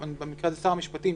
במקרה הזה ש המשפטים,